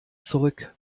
zurück